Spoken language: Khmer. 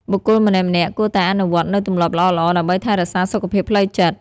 បុគ្គលម្នាក់ៗគួរតែអនុវត្តនូវទម្លាប់ល្អៗ ដើម្បីថែរក្សាសុខភាពផ្លូវចិត្ត។